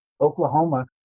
Oklahoma